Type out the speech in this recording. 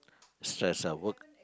stress ah work